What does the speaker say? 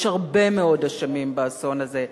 יש הרבה מאוד אשמים באסון הזה,